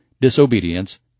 disobedience